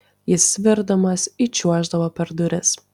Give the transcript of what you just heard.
jis svirdamas įčiuoždavo per duris